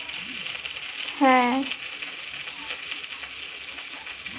পশুপালক শ্রেণী ভারতের কিছু কিছু জায়গা রে অখন বি রয়